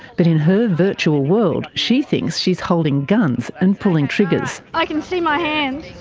but in her virtual world she thinks she's holding guns and pulling triggers. i can see my hands,